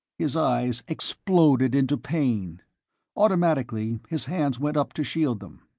his eyes exploded into pain automatically his hands went up to shield them.